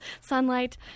sunlight